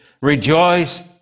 Rejoice